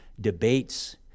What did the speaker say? debates